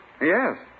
Yes